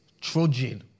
trudging